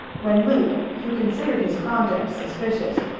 when luke, who considered his conduct suspicious,